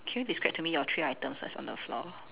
can you describe to me your three items that's on the floor